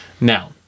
Now